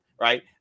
right